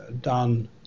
done